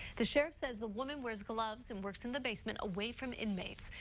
the sheriff says the woman wears gloves and works in the basement away from inmates.